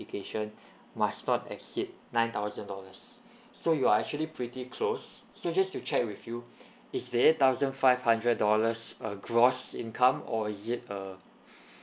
application must not exceed nine thousand dollars so you are actually pretty close so just to check with you is the eight thousand five hundred dollars a gross income or is it a